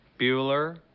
bueller